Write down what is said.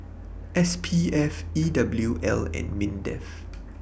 S P F E W L and Mindef